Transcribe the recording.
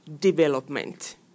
development